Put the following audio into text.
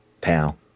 pal